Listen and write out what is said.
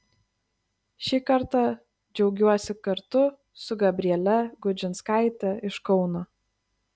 šį kartą džiaugiuosi kartu su gabriele gudžinskaite iš kauno